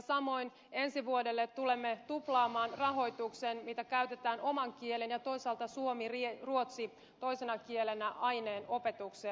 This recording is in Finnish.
samoin ensi vuodelle tulemme tuplaamaan rahoituksen joka käytetään oman kielen ja toisaalta ruotsi toisena kielenä aineen opetukseen